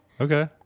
Okay